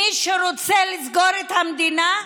מי שרוצה לסגור את המדינה,